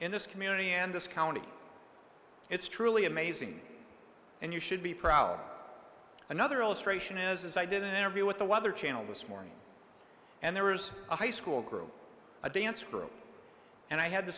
in this community and this county it's truly amazing and you should be proud another illustration is i did an interview with the weather channel this morning and there's a high school group a dance group and i had the